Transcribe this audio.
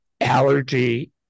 allergy